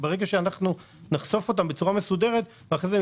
וברגע שנחשוף אותם בצורה מסודרת והם